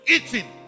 Eating